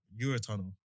Eurotunnel